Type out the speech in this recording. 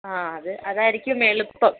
ആ അത് അതാരിക്കും എളുപ്പം